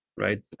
right